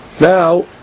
Now